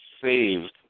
saved